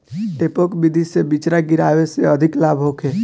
डेपोक विधि से बिचरा गिरावे से अधिक लाभ होखे?